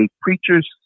preacher's